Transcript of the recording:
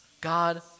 God